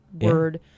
Word